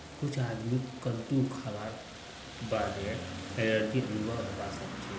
कुछ आदमीक कद्दू खावार बादे एलर्जी अनुभव हवा सक छे